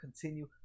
continue